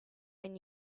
and